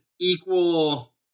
equal